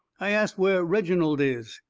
i ast where reginald is,